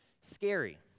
scary